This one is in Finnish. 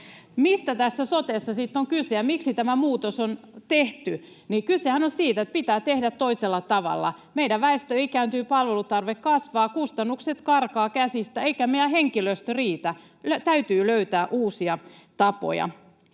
Mistä tässä sotessa sitten on kyse, ja miksi tämä muutos on tehty? Kysehän on siitä, että pitää tehdä toisella tavalla. Meidän väestö ikääntyy, palvelutarve kasvaa, kustannukset karkaavat käsistä, eikä meidän henkilöstö riitä. Täytyy löytää uusia tapoja.